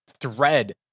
thread